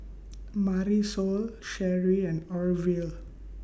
Marisol Sheri and Orvil